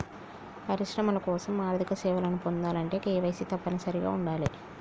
పరిశ్రమల కోసం ఆర్థిక సేవలను పొందాలంటే కేవైసీ తప్పనిసరిగా ఉండాలే